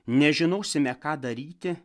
nežinosime ką daryti